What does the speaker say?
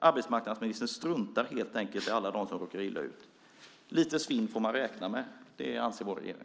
Arbetsmarknadsministern struntar helt enkelt i alla dem som råkar illa ut. Lite svinn får man räkna med; det anser vår regering.